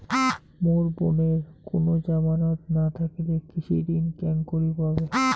মোর বোনের কুনো জামানত না থাকিলে কৃষি ঋণ কেঙকরি পাবে?